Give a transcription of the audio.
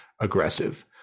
aggressive